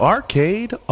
Arcade